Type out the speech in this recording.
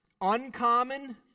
uncommon